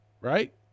right